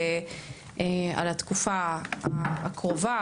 ועל התקופה הקרובה,